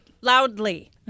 loudly